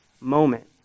moment